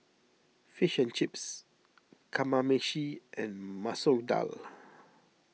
Fish and Chips Kamameshi and Masoor Dal